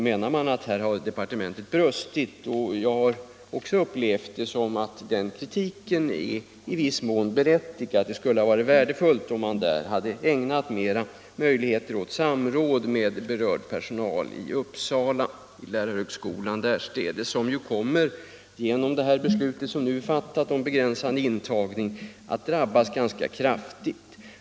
Det anses att — Nr 14 departementet här har brustit, och även jag har upplevt kritiken som Tisdagen den i viss mån berättigad. 4 februari 1975 Det skulle ha varit värdefullt om man låtit berörd personal vid lärarhögskolan i Uppsala få fler möjligheter till samråd. Lärarhögskolan - Om yrkesinrikti Uppsala kommer ju genom det här beslutet om begränsad intagning ningen av den högre att drabbas ganska kraftigt.